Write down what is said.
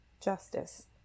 Justice